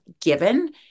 given